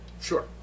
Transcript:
Sure